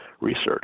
research